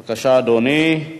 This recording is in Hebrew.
בבקשה, אדוני,